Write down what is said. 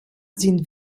sind